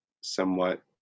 somewhat